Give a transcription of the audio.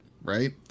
Right